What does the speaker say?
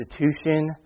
institution